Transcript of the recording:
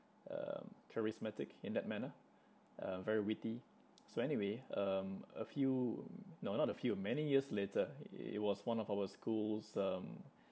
um charismatic in that manner uh very witty so anyway um a few no not a few many years later it was one of our school's um